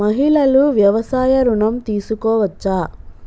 మహిళలు వ్యవసాయ ఋణం తీసుకోవచ్చా?